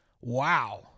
Wow